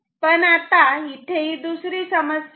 पण आता इथे ही दुसरी समस्या आहे